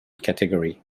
category